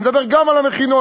אני מדבר גם על המכינות,